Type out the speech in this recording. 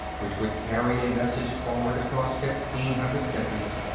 which would carry a message forward across fifteen hundred centuries,